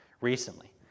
recently